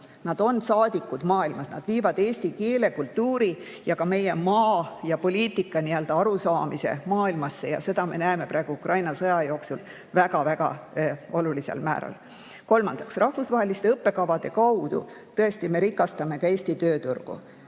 Nad on saadikud maailmas, nad viivad eesti keele, kultuuri ja ka meie maa ja poliitika arusaamise maailmasse ja seda me näeme praegu Ukraina sõja jooksul väga-väga olulisel määral. Kolmandaks, rahvusvaheliste õppekavade kaudu me tõesti rikastame Eesti tööturgu.